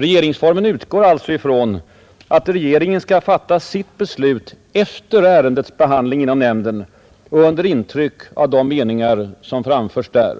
Regeringsformen utgår alltså ifrån att regeringen skall fatta sitt beslut efter ärendets behandling inför nämnden och under intryck av de meningar som framförs där.